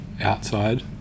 outside